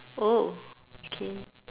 oh okay